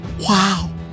Wow